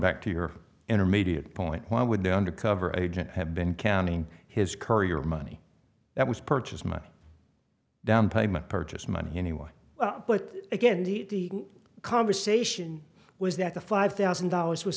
back to your intermediate point why would the undercover agent have been counting his courier money that was purchase money down payment purchase money anyway but again the conversation was that the five thousand dollars was